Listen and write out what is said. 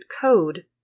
code